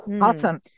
Awesome